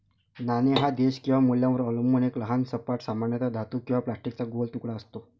नाणे हा देश किंवा मूल्यावर अवलंबून एक लहान सपाट, सामान्यतः धातू किंवा प्लास्टिकचा गोल तुकडा असतो